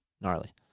Gnarly